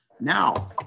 Now